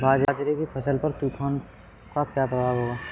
बाजरे की फसल पर तूफान का क्या प्रभाव होगा?